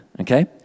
okay